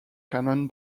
canon